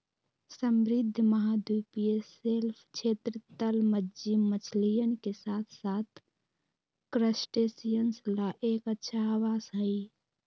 समृद्ध महाद्वीपीय शेल्फ क्षेत्र, तलमज्जी मछलियन के साथसाथ क्रस्टेशियंस ला एक अच्छा आवास हई